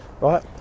right